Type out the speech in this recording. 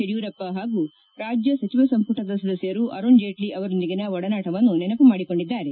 ಯಡಿಯೂರಪ್ಪ ಹಾಗೂ ರಾಜ್ಯ ಸಚಿವ ಸಂಪುಟದ ಸದಸ್ನರು ಅರುಣ್ ಜೀಟ್ನ ಅವರೊಂದಿಗಿನ ಒಡನಾಟವನ್ನು ನೆನಪು ಮಾಡಿಕೊಂಡಿದ್ದಾರೆ